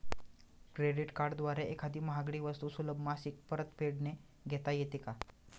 Credit कार्डद्वारे एखादी महागडी वस्तू सुलभ मासिक परतफेडने घेता येते का?